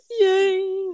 Yay